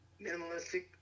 minimalistic